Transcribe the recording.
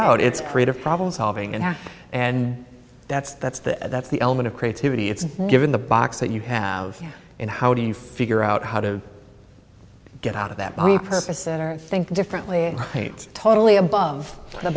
out it's creative problem solving and that's that's the that's the element of creativity it's given the box that you have and how do you figure out how to get out of that body purpose and i think differently it's totally above the